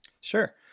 Sure